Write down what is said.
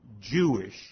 Jewish